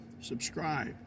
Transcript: subscribe